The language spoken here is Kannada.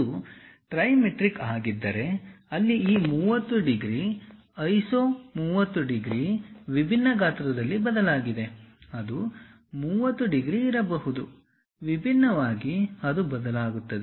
ಇದು ಟ್ರಿಮೆಟ್ರಿಕ್ ಆಗಿದ್ದರೆ ಅಲ್ಲಿ ಈ 30 ಡಿಗ್ರಿ ಐಸೊ 30 ಡಿಗ್ರಿ ವಿಭಿನ್ನ ಗಾತ್ರದಲ್ಲಿ ಬದಲಾಗಲಿದೆ ಅದು 30 ಡಿಗ್ರಿ ಇರಬಹುದು ವಿಭಿನ್ನವಾಗಿ ಅದು ಬದಲಾಗುತ್ತದೆ